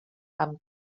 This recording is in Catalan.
amb